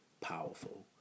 powerful